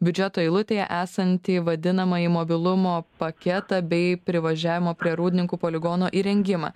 biudžeto eilutėje esantį vadinamąjį mobilumo paketą bei privažiavimo prie rūdninkų poligono įrengimą